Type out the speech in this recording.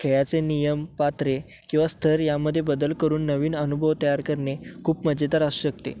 खेळाचे नियम पात्रे किंवा स्तर यामध्ये बदल करून नवीन अनुभव तयार करणे खूप मजेदार असू शकते